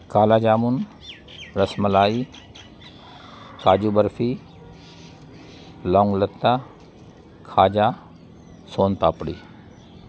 کالا جامن رس ملائی کاجو برفی لونگ لتا کھاجا سون پاپڑی